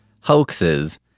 hoaxes